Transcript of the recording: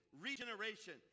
regeneration